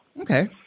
Okay